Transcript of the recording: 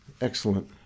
Excellent